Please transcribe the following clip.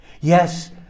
Yes